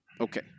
Okay